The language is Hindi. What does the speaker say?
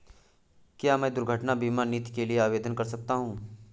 क्या मैं दुर्घटना बीमा नीति के लिए आवेदन कर सकता हूँ?